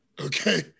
okay